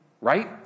right